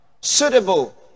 suitable